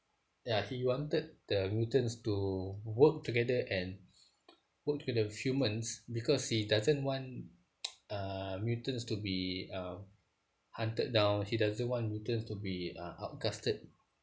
ya he wanted the mutants to work together and work together with humans because he doesn't want uh mutants to be um hunted down he doesn't want mutants to be uh out casted